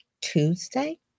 Tuesday